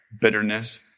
bitterness